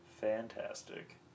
fantastic